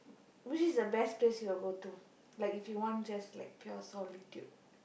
which is the best place you will go to like if you want just like pure solitude